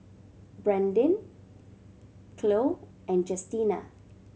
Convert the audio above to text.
Brandin Khloe and Justina